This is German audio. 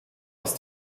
ist